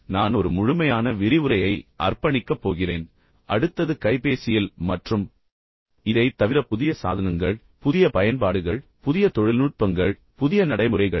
உண்மையில் நான் ஒரு முழுமையான விரிவுரையை அர்ப்பணிக்கப் போகிறேன் அடுத்தது கைபேசியில் மற்றும் இதைத் தவிர புதிய சாதனங்கள் புதிய பயன்பாடுகள் புதிய தொழில்நுட்பங்கள் புதிய நடைமுறைகள் த